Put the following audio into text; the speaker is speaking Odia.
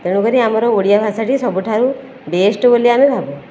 ତେଣୁକରି ଆମର ଓଡ଼ିଆ ଭାଷା ଟି ସବୁଠାରୁ ବେଷ୍ଟ ବୋଲି ଆମେ ଭାବୁ